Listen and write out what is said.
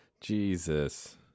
Jesus